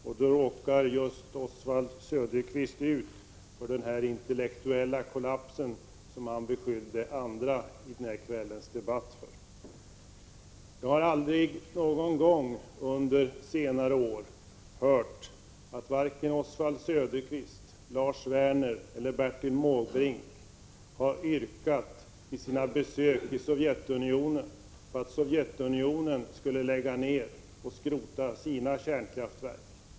Och då råkar Oswald Söderqvist ut för den intellektuella kollaps som han beskyllde andra debattdeltagare för. Jag har aldrig någon gång under senare år hört att vare sig Oswald Söderqvist, Lars Werner eller Bertil Måbrink vid sina besök i Sovjetunionen har yrkat att Sovjetunionen skulle skrota sina kärnkraftverk.